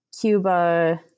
Cuba